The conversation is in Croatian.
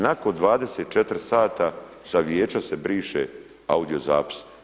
Nakon 24 sata sa vijeća se briše audio zapis.